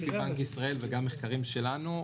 לפי בנק ישראל ולפי מחקרים שלנו,